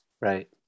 Right